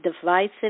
divisive